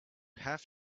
have